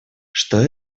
что